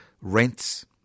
rents